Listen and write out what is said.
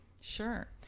Sure